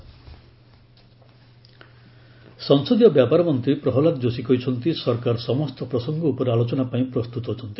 ଗଭ୍ statement ସଂସଦୀୟ ବ୍ୟାପାର ମନ୍ତ୍ରୀ ପ୍ରହଲ୍ଲାଦ ଯୋଶୀ କହିଛନ୍ତି ସରକାର ସମସ୍ତ ପ୍ରସଙ୍ଗ ଉପରେ ଆଲୋଚନା ପାଇଁ ପ୍ରସ୍ତୁତ ଅଛନ୍ତି